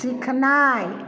सीखनाइ